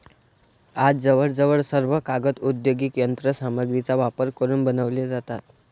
आज जवळजवळ सर्व कागद औद्योगिक यंत्र सामग्रीचा वापर करून बनवले जातात